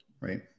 Right